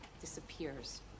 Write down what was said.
disappears